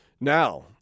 Now